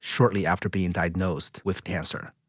shortly after being diagnosed with cancer.